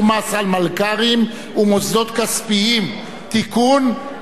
מס על מלכ"רים ומוסדות כספיים) (תיקון),